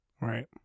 Right